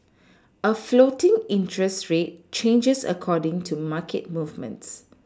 a floating interest rate changes according to market movements